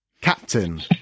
Captain